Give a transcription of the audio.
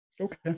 Okay